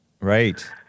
Right